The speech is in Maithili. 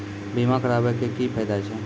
बीमा कराबै के की फायदा छै?